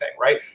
right